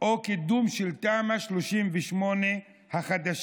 או קידום של תמ"א 38 החדשה